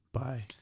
bye